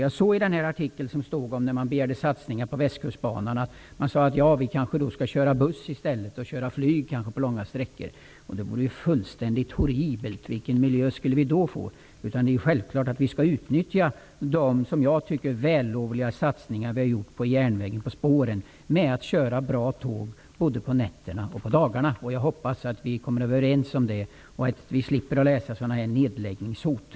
Jag såg i artikeln om satsningar på Västkustbanan att de sade att de kanske skulle köra buss i stället och flyga på långa sträckor. Det vore fullständigt horribelt. Vilken miljö skulle vi då få? Det är självklart att vi skall utnyttja de, som jag tycker, vällovliga satsningar vi har gjort på järnvägen och spåren genom att köra bra tåg både på nätterna och på dagarna. Jag hoppas att vi kommer överens om det och slipper att läsa dessa nedläggningshot.